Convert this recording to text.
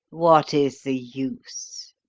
what is the use?